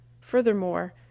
Furthermore